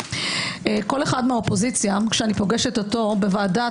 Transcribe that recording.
כל אחד מהאופוזיציה כשאני פוגשת אותו בוועדת